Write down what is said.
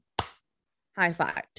high-fived